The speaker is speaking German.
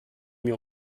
mir